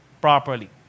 properly